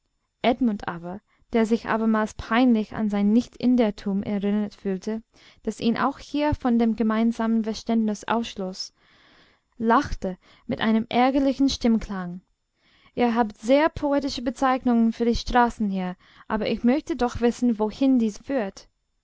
edmund aber der sich abermals peinlich an sein nicht indertum erinnert fühlte das ihn auch hier von dem gemeinsamen verständnis ausschloß lachte mit einem ärgerlichen stimmklang ihr habt sehr poetische bezeichnungen für die straßen hier aber ich möchte doch wissen wohin diese führt